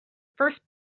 first